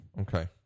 Okay